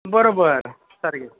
बरोबर सारके